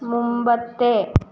മുമ്പത്തെ